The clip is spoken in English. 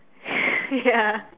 ya